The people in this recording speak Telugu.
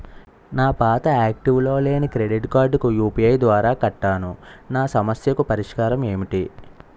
నా పాత యాక్టివ్ లో లేని క్రెడిట్ కార్డుకు యు.పి.ఐ ద్వారా కట్టాను నా సమస్యకు పరిష్కారం ఎంటి?